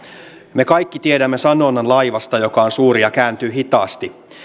me kaikki tiedämme sanonnan laivasta joka on suuri ja kääntyy hitaasti